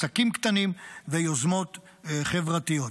עסקים קטנים ויוזמות חברתיות.